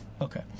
Okay